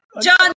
John